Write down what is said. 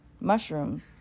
mushroom